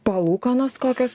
palūkanos kokios